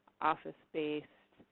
office space,